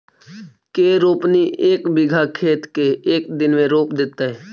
के रोपनी एक बिघा खेत के एक दिन में रोप देतै?